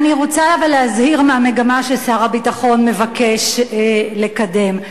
אבל אני רוצה להזהיר מהמגמה ששר הביטחון מבקש לקדם.